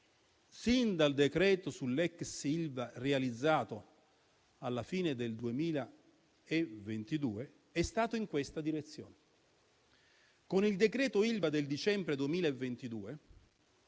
sin dal decreto sull'ex Ilva realizzato alla fine del 2022, è stato in questa direzione. Con il decreto Ilva del dicembre 2022